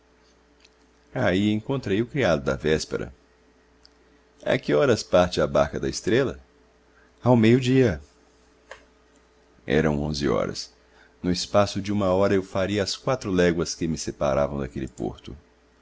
aí encontrei o criado da véspera a que horas parte a barca da estrela ao meio-dia eram onze horas no espaço de uma hora eu faria as quatro léguas que me separavam daquele porto